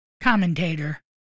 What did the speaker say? commentator